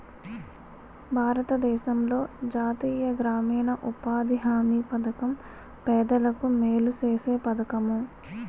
భారతదేశంలో జాతీయ గ్రామీణ ఉపాధి హామీ పధకం పేదలకు మేలు సేసే పధకము